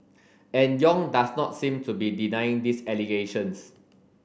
and Yong does not seem to be denying these allegations